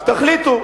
אז תחליטו,